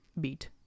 beat